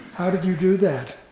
how did you do that?